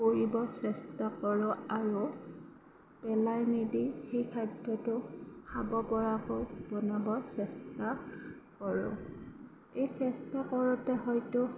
কৰিব চেষ্টা কৰোঁ আৰু পেলাই নিদি সেই খাদ্য়টোক খাব পৰাকৈ বনাব চেষ্টা কৰোঁ এই চেষ্টা কৰোতে হয়তো